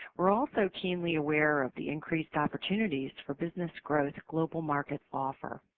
weire also keenly aware of the increased opportunities for business growth global markets offer.